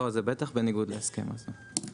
לא, זה בטח בניגוד להסכם הזה.